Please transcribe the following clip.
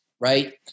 right